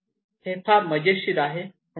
हे फार मजेशीर आहे